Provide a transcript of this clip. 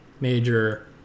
major